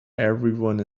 everyone